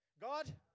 God